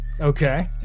Okay